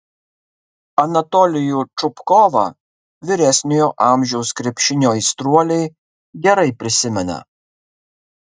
anatolijų čupkovą vyresniojo amžiaus krepšinio aistruoliai gerai prisimena